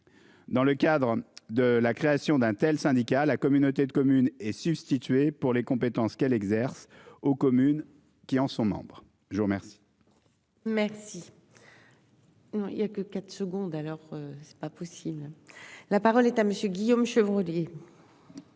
Dans le cadre de la création d'un tel syndicats la communauté de communes et substituer pour les compétences qu'elles exercent aux communes qui en sont membres. Je vous remercie. Non il y a que 4 secondes alors. C'est pas possible. La parole est à monsieur Guillaume Chevrollier. Merci